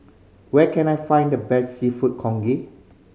where can I find the best Seafood Congee